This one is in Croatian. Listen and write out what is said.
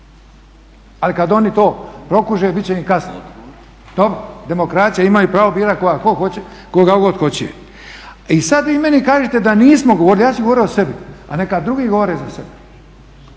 Ali kad oni to prokuže bit će im kasno. Dobro, demokracija je, imaju pravo birati koga god hoće. I sad vi meni kažite da nismo govorili, ja ću govoriti o sebi, a neka drugi govore za sebe